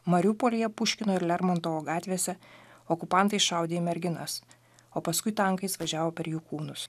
mariupolyje puškino ir lermontovo gatvėse okupantai šaudė į merginas o paskui tankais važiavo per jų kūnus